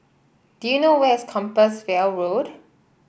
do you know where is Compassvale Road